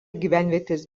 gyvenvietės